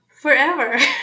Forever